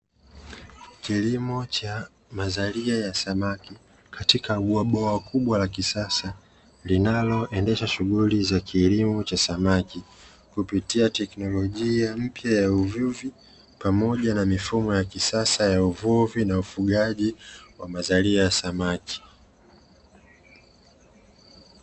Kilimo cha mazalia ya samaki katika bwawa kubwa la kisasa, linaloendesha shughuli za kilimo cha samaki kupitia teknolojia mpya ya uvuvi, pamoja na mifumo ya kisasa ya uvuvi na ufugaji wa mazalia ya samaki.